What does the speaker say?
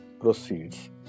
proceeds